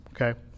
okay